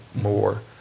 more